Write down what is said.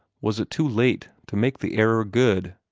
was it too late to make the error good?